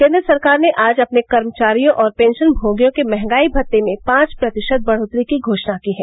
केन्द्र सरकार ने आज अपने कर्मचारियों और पेंशनमोगियों के महंगाई भत्ते में पांच प्रतिशत बढ़ोतरी की घोषणा की है